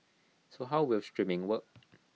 so how will streaming work